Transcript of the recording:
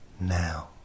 now